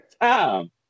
time